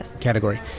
category